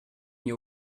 nie